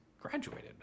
graduated